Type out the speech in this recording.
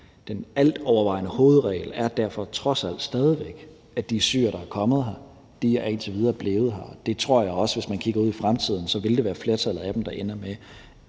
Den altovervejende hovedregel er derfor trods alt stadig væk, at de syrere, der er kommet hertil, indtil videre er blevet her. Jeg tror også, at det, hvis man kigger ud i fremtiden, vil være flertallet af dem, der ender med